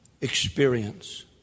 experience